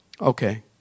Okay